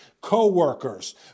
co-workers